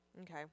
Okay